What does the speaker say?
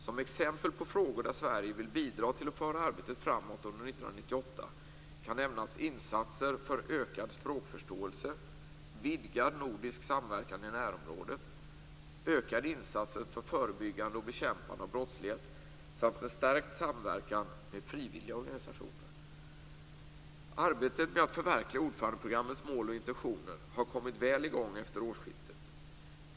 Som exempel på frågor där Sverige vill bidra till att föra arbetet framåt under 1998 kan nämnas: insatser för ökad språkförståelse, vidgad nordisk samverkan i närområdet, ökade insatser för förebyggande och bekämpande av brottslighet samt en stärkt samverkan med frivilliga organisationer. Arbetet med att förverkliga ordförandeprogrammets mål och intentioner har kommit väl i gång efter årsskiftet.